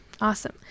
Awesome